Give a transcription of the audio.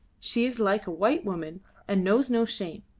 she is like a white woman and knows no shame.